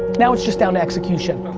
now it's just down to execution.